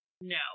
no